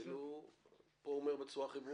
פה הוא אומר בצורה הכי ברורה,